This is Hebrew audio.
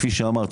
כפי שאמרת,